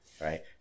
Right